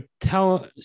tell